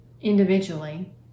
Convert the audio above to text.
individually